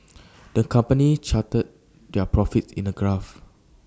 the company charted their profits in A graph